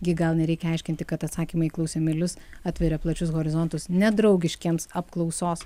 gi gal nereikia aiškinti kad atsakymai į klausimėlius atveria plačius horizontus nedraugiškiems apklausos